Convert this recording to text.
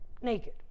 naked